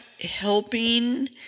helping